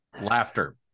Laughter